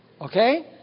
Okay